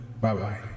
Bye-bye